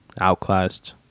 outclassed